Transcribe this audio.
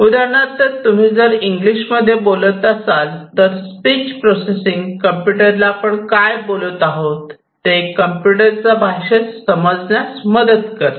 उदाहरणार्थ तुम्ही जर इंग्लिश मध्ये बोलत असाल तर स्पीच प्रोसेसिंग कम्प्युटरला आपण काय बोलत आहोत ते कम्प्युटर च्या भाषेत समजण्यास मदत करते